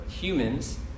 humans